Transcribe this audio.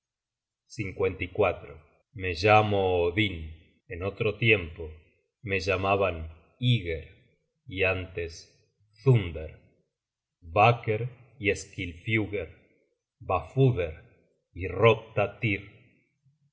me llamo odin en otro tiempo me llamaban ygger y antes thunder vaker y skilfmger vafuder